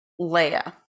Leia